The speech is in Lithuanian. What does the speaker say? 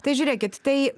tai žiūrėkit tai